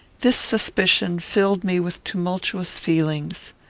this suspicion filled me with tumultuous feelings.